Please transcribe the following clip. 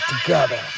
together